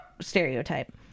stereotype